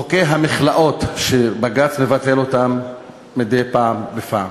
חוקי המכלאות, שבג"ץ מבטל אותם מדי פעם בפעם,